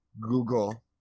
Google